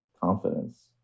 confidence